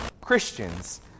christians